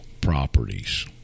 properties